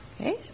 Okay